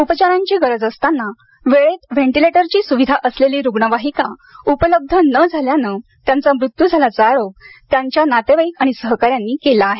उपचारांची गरज असताना वेळेत व्हेंटीलेटरची सुविधा असलेली रुग्णवाहिका उपलब्ध न झाल्यानं त्यांचा मृत्यू झाल्याचा आरोप त्यांच्या नातेवाईक आणि सहकाऱ्यांनी केला आहे